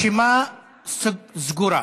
הרשימה סגורה.